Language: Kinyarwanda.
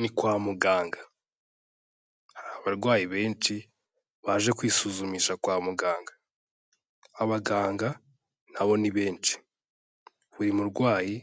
Ni kwa muganga, abarwayi benshi baje kwisuzumisha kwa muganga, abaganga nabo ni benshi, buri murwayi